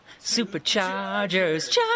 Superchargers